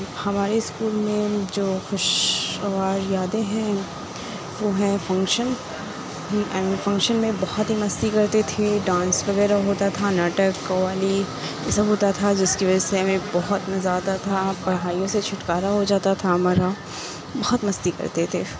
ہمارے اسکول میں جو خوشگوار یادیں ہیں وہ ہیں فنکشن فنکشن میں بہت ہی مستی کرتے تھے ڈانس وغیرہ ہوتا تھا ناٹک قوالی یہ سب ہوتا تھا جس کی وجہ سے ہمیں بہت مزہ آتا تھا پڑھائیوں سے چھٹکارا ہو جاتا تھا ہمارا بہت مستی کرتے تھے